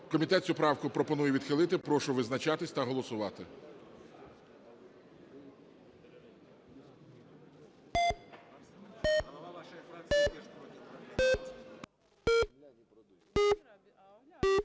Комітет цю правку пропонує відхилити. Прошу визначатись та голосувати.